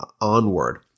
onward